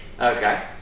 Okay